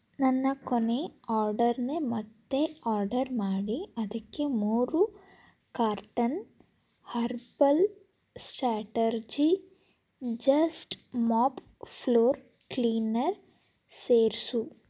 ನನ್ನ ಕೊನೆಯ ಆರ್ಡರನ್ನೇ ಮತ್ತೆ ಆರ್ಡರ್ ಮಾಡಿ ಅದಕ್ಕೆ ಮೂರು carton herbal strategi just mop floor cleaner ಸೇರಿಸು